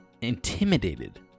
intimidated